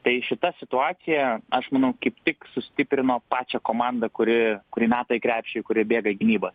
tai šita situacija aš manau kaip tik sustiprino pačią komandą kuri kuri meta į krepšį ir kurie bėga į gynybą